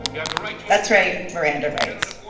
you have the right to. that's right miranda rights.